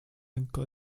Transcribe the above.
encode